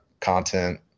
content